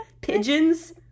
pigeons